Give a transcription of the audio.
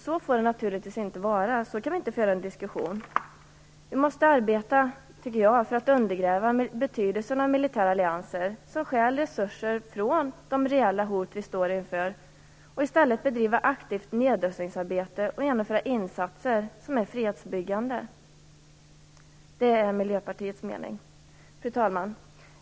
Så får det naturligtvis inte vara. Så kan vi inte föra en diskussion. Vi måste arbeta för att undergräva betydelsen av militära allianser - som stjäl resurser som kan användas när det gäller de reella hot som vi står inför - och bedriva ett aktivt nedrustningsarbete och genomföra fredsbyggande insatser. Det är Miljöpartiets mening. Fru talman!